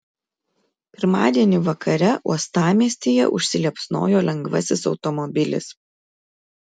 pirmadienį vakare uostamiestyje užsiliepsnojo lengvasis automobilis